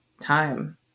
time